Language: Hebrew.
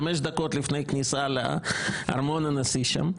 חמש דקות מהכניסה לארמון הנשיא שם,